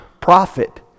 prophet